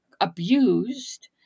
abused